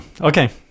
Okay